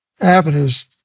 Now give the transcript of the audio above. avenues